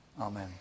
Amen